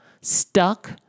stuck